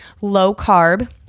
low-carb